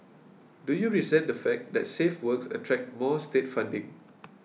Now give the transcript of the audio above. do you resent the fact that safe works attract more state funding